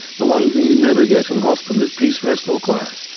the one thing you never get in hospital is peace, rest or quiet.